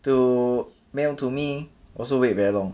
to mail to me also wait very long